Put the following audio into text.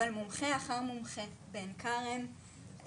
אחרי שלושה חודשים ראיתי איזשהו שיפור מסוים,